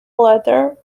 latter